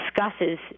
discusses